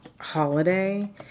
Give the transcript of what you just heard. holiday